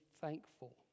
thankful